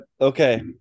okay